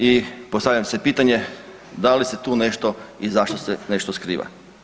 I postavlja se pitanje da li se tu nešto i zašto se nešto skriva?